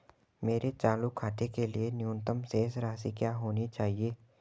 मेरे चालू खाते के लिए न्यूनतम शेष राशि क्या होनी चाहिए?